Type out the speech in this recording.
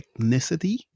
ethnicity